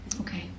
Okay